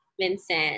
Vincent